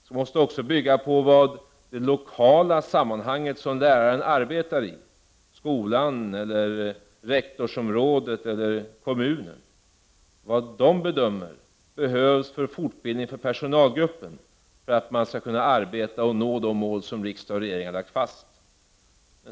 Det måste också bygga på vad man i det lokala sammanhang som läraren arbetar i, dvs. skolan, rektorsområdet eller kommunen, bedömer behövs i fråga om fortbildning för personalgruppen för att den skall kunna arbeta och nå de mål som riksdag och regering har lagt fast.